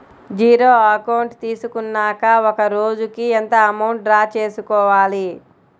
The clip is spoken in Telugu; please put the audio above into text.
జీరో అకౌంట్ తీసుకున్నాక ఒక రోజుకి ఎంత అమౌంట్ డ్రా చేసుకోవాలి?